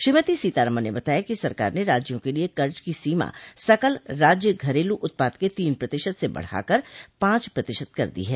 श्रीमती सीतारमन ने बताया कि सरकार ने राज्यों के लिए कर्ज की सीमा सकल राज्य घरेलू उत्पाद के तीन प्रतिशत से बढाकर पांच प्रतिशत कर दी गई है